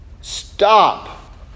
stop